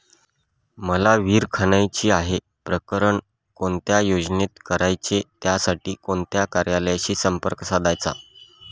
मला विहिर खणायची आहे, प्रकरण कोणत्या योजनेत करायचे त्यासाठी कोणत्या कार्यालयाशी संपर्क साधायचा?